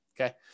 Okay